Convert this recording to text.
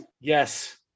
yes